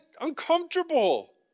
uncomfortable